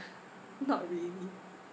not really